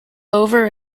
over